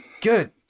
Good